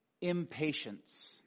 Impatience